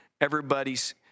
everybody's